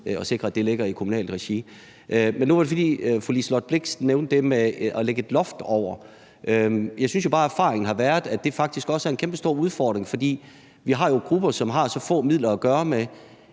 og sikre, at det ligger i kommunalt regi. Fru Liselott Blixt nævnte det med at lægge et loft over. Jeg synes jo bare, at erfaringen har været, at det faktisk også er en kæmpestor udfordring, for vi har jo grupper, som har så få midler at gøre godt